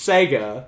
Sega